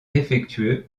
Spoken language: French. défectueux